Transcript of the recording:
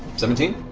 seventeen?